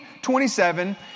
27